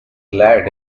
late